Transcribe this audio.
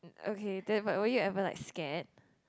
okay then we~ were you ever like scared